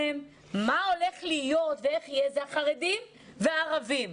הולך להיות לגביהם והם: החרדים והערבים.